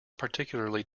particularly